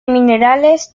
minerales